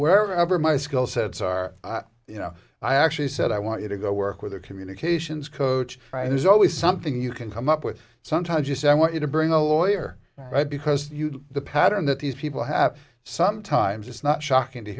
wherever my skill sets are you know i actually said i want you to go work with a communications coach there's always something you can come up with sometimes you say i want you to bring a lawyer right because the pattern that these people have sometimes it's not shocking to